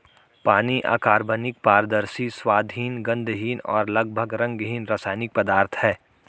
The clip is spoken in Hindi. पानी अकार्बनिक, पारदर्शी, स्वादहीन, गंधहीन और लगभग रंगहीन रासायनिक पदार्थ है